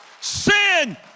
Sin